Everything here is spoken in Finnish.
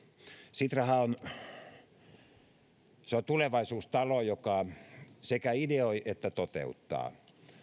sitrahan on tulevaisuustalo joka sekä ideoi että toteuttaa